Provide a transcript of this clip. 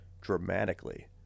dramatically